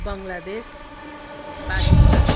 Bangladesh Pakistan